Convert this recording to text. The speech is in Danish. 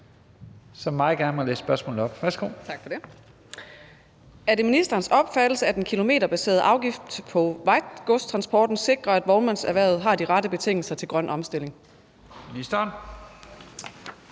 må meget gerne læse spørgsmålet op. Værsgo. Kl. 13:33 Betina Kastbjerg (DD): Tak for det. Er det ministerens opfattelse, at den kilometerbaserede afgift på vejgodstransporten sikrer, at vognmandserhvervet har de rette betingelser til grøn omstilling? Kl.